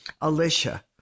Alicia